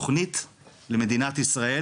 צריך לעבוד יחד, לעשות תוכנית למדינת ישראל